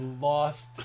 lost